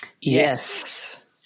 Yes